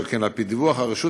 שכן על-פי דיווח הרשות,